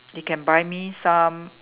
they can buy me some